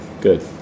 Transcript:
Good